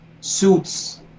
suits